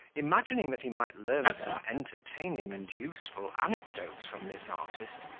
imagining that he might learn some entertaining and useful anecdotes from this artist,